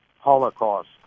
Holocaust